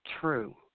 True